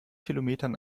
kilometern